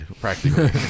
practically